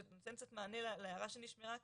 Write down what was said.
זה נותן קצת מענה להערה שנשמעה כאן,